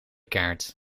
kaart